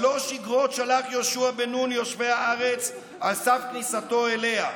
שלוש איגרות שלח יהושע בן נון ליושבי הארץ על סף כניסתו אליה: